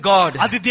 God